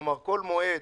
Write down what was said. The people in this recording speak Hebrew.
כלומר: כל מועד